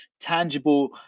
tangible